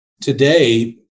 Today